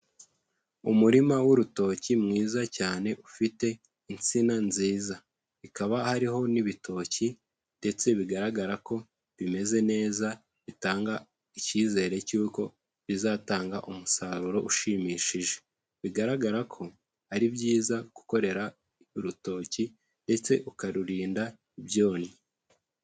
Umurima w'urutoki mwiza cyane ufite insina nziza, ukaba hariho n'ibitoki ndetse bigaragara ko bimeze neza bitanga icyizere cy'uko bizatanga umusaruro ushimishije, bigaragara ko ari byiza gukorera urutoki ndetse ukarurinda ibyonnyi.